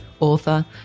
author